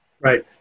Right